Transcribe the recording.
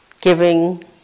giving